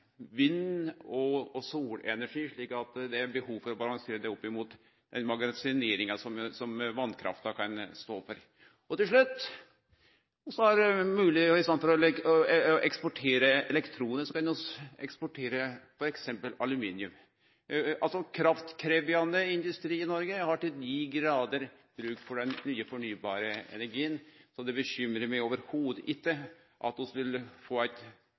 vind og solenergi, slik at det er behov for å balansere det opp mot magasineringa som vasskrafta kan stå for. Til slutt: Det er mogleg at vi i staden for å eksportere elektronisk kan eksportere f.eks. aluminium. Kraftkrevjande industri i Noreg har til dei grader bruk for den nye, fornybare energien, så det bekymrar meg ikkje i det heile at vi vil få eit